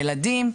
ילדים,